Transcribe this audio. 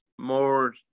more